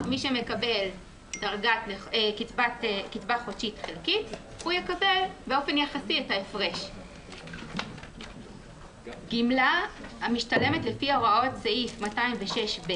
3. גמלה המשתלמת לפי הוראות סעיף 206א(ב)